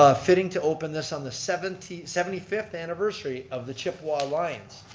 ah fitting to open this on the seventy seventy fifth anniversary of the chippewa lion's.